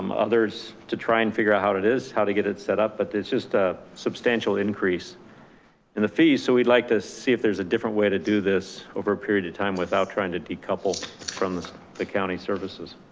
um others to try and figure out how it is, how to get it set up, but there's just a substantial increase in the fee. so we'd like to see if there's a different way to do this over a period of time without trying to decouple from the county services.